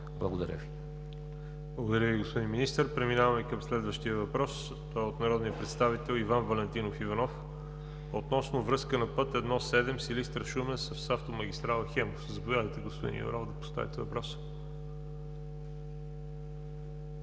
ЖАБЛЯНОВ: Благодаря Ви, господин Министър. Преминаваме към следващия въпрос от народния представител Иван Валентинов Иванов относно връзка на път I-7 Силистра – Шумен, с автомагистрала „Хемус“. Заповядайте, господин Иванов, да поставите въпроса.